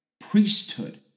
Priesthood